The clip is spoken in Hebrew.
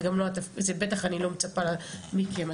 זה בטח אני לא מצפה מכם,